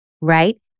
right